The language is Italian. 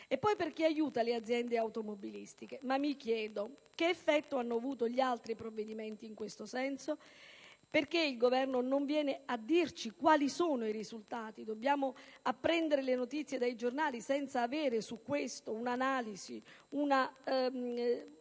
poi, aiuta le aziende automobilistiche. Ma che effetti hanno avuto gli altri provvedimenti in questo senso? Perché il Governo non viene a dirci quali sono i risultati? Dobbiamo apprendere le notizie dai giornali senza avere un'analisi, un